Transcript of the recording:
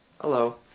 Hello